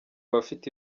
abafite